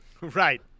right